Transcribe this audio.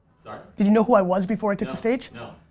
sorry? did you know who i was before i took the stage? no,